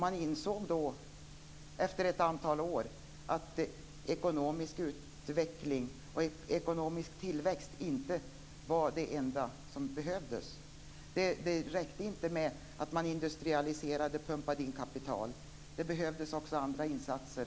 Man insåg efter ett antal år att ekonomisk utveckling och ekonomisk tillväxt inte var det enda som behövdes. Det räckte inte med att man industrialiserade och pumpade in kapital. Det behövdes också andra insatser.